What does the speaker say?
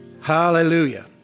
Hallelujah